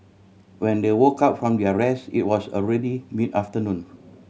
when they woke up from their rest it was already mid afternoon